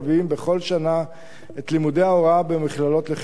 בכל שנה את לימודי ההוראה במכללות לחינוך.